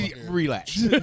relax